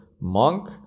monk